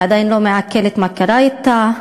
היא עדיין לא מעכלת מה קרה אתה,